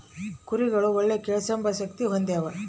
ಕುರಿಗುಳು ಒಳ್ಳೆ ಕೇಳ್ಸೆಂಬ ಶಕ್ತಿ ಹೊಂದ್ಯಾವ